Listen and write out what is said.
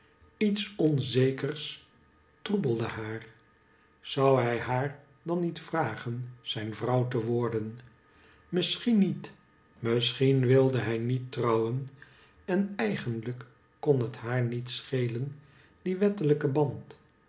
lets onzekers troebeldehaar zou hij haar dan niet vragen zijn vrouw te worden misschien niet misschien wilde hij niet trouwen en eigenlijk kon het haar niet schelen die wettelijke band